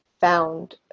found